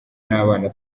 n’abana